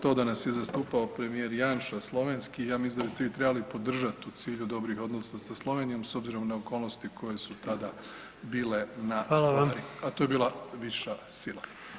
To da nas je zastupao premijer Janša slovenski, ja mislim da biste vi trebali podržati u cilju dobrih odnosa sa Slovenijom s obzirom na okolnosti koje su tada bile na stvari a to je bila viša sila.